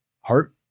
heart